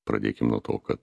pradėkim nuo to kad